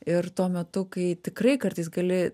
ir tuo metu kai tikrai kartais gali